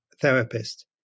therapist